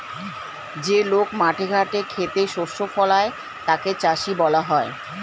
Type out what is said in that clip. যে লোক মাঠে ঘাটে খেতে শস্য ফলায় তাকে চাষী বলা হয়